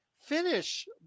finish